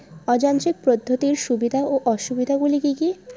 অযান্ত্রিক পদ্ধতির সুবিধা ও অসুবিধা গুলি কি কি?